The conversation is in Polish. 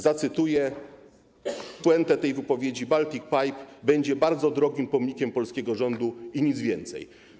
Zacytuję puentę tej wypowiedzi: Baltic Pipe będzie bardzo drogim pomnikiem polskiego rządu i nic więcej.